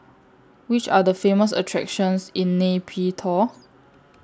Which Are The Famous attractions in Nay Pyi Taw